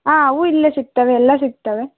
ಆಂ ಹೂ ಇಲ್ಲೇ ಸಿಗ್ತವೆ ಎಲ್ಲ ಸಿಗ್ತವೆ